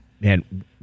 man